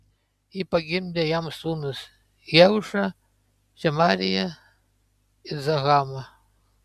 ji pagimdė jam sūnus jeušą šemariją ir zahamą